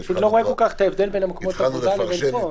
אני לא כל כך רואה את ההבדל בין מקומות העבודה לבין זה.